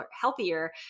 healthier